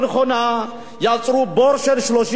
יצרו בור של 30 מיליארד שקל.